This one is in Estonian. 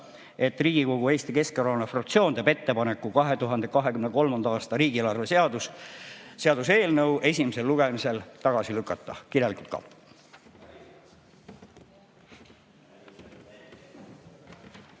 et Riigikogu Eesti Keskerakonna fraktsioon teeb ettepaneku 2023. aasta riigieelarve seaduse eelnõu esimesel lugemisel tagasi lükata. Kirjalikult ka.